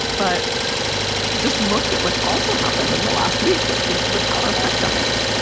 but just look at what's also happened in the last week. that speaks to the power of tech giants.